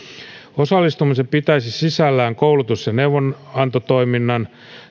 osallistuminen pitäisi sisällään koulutus ja neuvonantotoiminnan